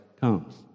comes